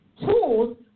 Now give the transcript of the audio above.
tools